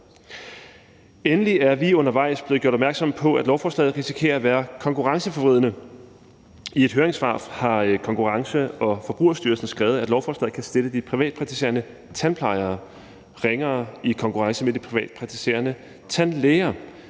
Endelig er vi undervejs blevet gjort opmærksom på, at lovforslaget risikerer at være konkurrenceforvridende. I et høringssvar har Konkurrence- og Forbrugerstyrelsen skrevet, at lovforslaget kan stille de privatpraktiserende tandplejere ringere i konkurrence med de privatpraktiserende tandlæger,